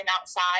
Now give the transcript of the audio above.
outside